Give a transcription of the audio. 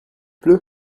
pleut